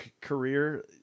career